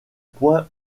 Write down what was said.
point